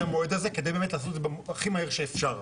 המועד הזה כדי באמת לעשות את זה הכי מהר שאפשר.